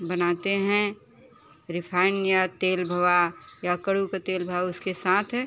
बनाते हैं रिफाइन या तेल भवा या कड़ु का तेल भा उसके साथ